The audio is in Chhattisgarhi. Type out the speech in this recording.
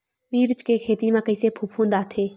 मिर्च के खेती म कइसे फफूंद आथे?